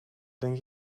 denk